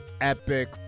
epic